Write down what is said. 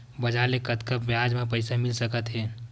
बजार ले कतका ब्याज म पईसा मिल सकत हे?